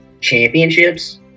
championships